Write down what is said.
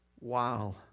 wow